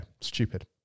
stupid